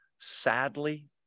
sadly